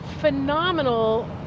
phenomenal